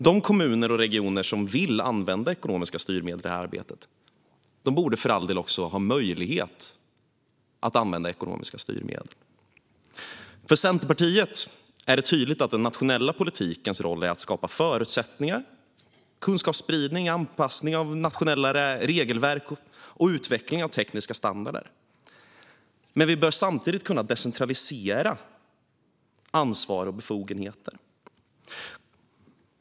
De kommuner och regioner som vill använda ekonomiska styrmedel i det arbetet borde ha möjlighet att göra det. För Centerpartiet är det tydligt att den nationella politikens roll är att skapa förutsättningar genom kunskapsspridning, anpassning av nationella regelverk och utveckling av tekniska standarder. Men vi bör samtidigt kunna decentralisera ansvar och befogenheter.